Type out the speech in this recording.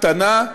קטנה,